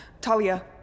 Talia